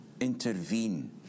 intervene